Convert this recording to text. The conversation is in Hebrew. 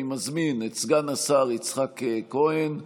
אני מזמין את סגן השר יצחק כהן